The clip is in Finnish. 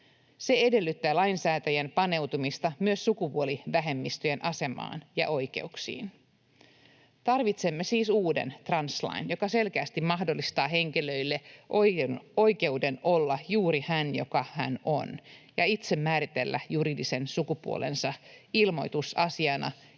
Se edellyttää lainsäätäjän paneutumista myös sukupuolivähemmistöjen asemaan ja oikeuksiin. Tarvitsemme siis uuden translain, joka selkeästi mahdollistaa henkilölle oikeuden olla juuri hän, joka hän on, ja itse määritellä juridisen sukupuolensa ilmoitusasiana